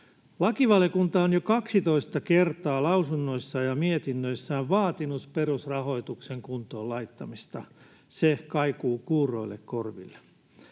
Lakivaliokunta on jo 12 kertaa lausunnoissaan ja mietinnöissään vaatinut perusrahoituksen kuntoon laittamista. Se kaikuu kuuroille korville.